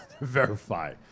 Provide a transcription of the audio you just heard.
Verify